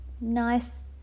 Nice